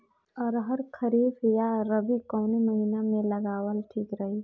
अरहर खरीफ या रबी कवने महीना में लगावल ठीक रही?